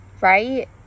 Right